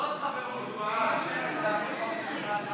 ועדת הכנסת נתקבלה.